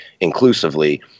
inclusively